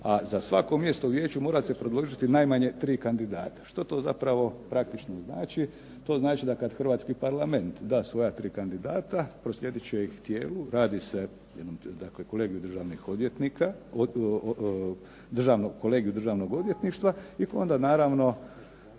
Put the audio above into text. a za svako mjesto u vijeću mora se predložiti najmanje tri kandidata. Što to zapravo praktično znači? To znači da kad Hrvatski Parlament da svoja tri kandidata, proslijedit će ih tijelu, radi se o jednom dakle kolegiju državnih odvjetnika, kolegiju Državnog